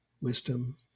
wisdom